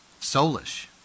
Soulish